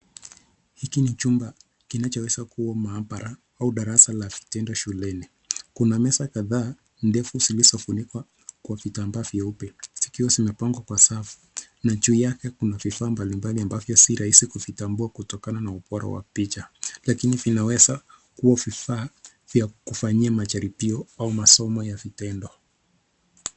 Hiki ni chumba kinachoweza kuwa maabara au darasa la vitendo shuleni. Kuna meza kadhaa ndefu zilizofunikwa kwa vitambaa vyeupe zikiwa zimepangwa kwa safu na juu yake kuna vifaa mbalimbali ambavyo si rahisi kuvitambua kutokana na ubora wa picha. lakini vinaweza kuwa vifaa vya kufanyia majaribio au masomo ya vitendo.